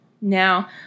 Now